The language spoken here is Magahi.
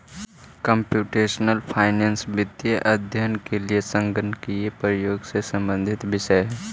कंप्यूटेशनल फाइनेंस वित्तीय अध्ययन के लिए संगणकीय प्रयोग से संबंधित विषय है